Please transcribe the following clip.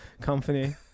company